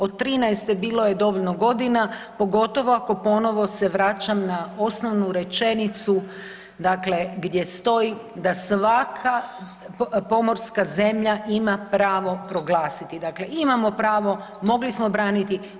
Od '13.-te bilo je dovoljno godina, pogotovo ako ponovo se vraćam na osnovnu rečenicu, dakle gdje stoji da svaka pomorska zemlja ima pravo proglasiti, dakle, imamo pravo, mogli smo braniti.